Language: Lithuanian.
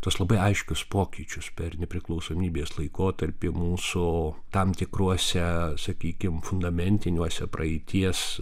tuos labai aiškius pokyčius per nepriklausomybės laikotarpį mūsų tam tikruose sakykim fundamentiniuose praeities